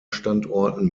standorten